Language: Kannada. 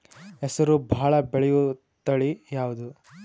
ಹೆಸರು ಭಾಳ ಬೆಳೆಯುವತಳಿ ಯಾವದು?